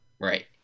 Right